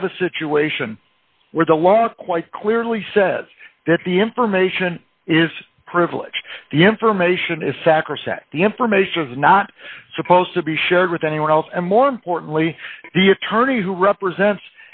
have a situation where the law quite clearly says that the information is privileged the information is sacrosanct the information is not supposed to be shared with anyone else and more importantly the attorney who represents